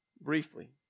briefly